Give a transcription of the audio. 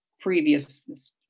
previous